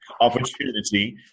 opportunity